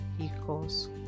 equals